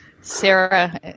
Sarah